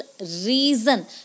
reason